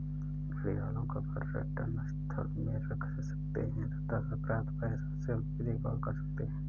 घड़ियालों को पर्यटन स्थल में रख सकते हैं तथा प्राप्त पैसों से उनकी देखभाल कर सकते है